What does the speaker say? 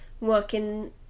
working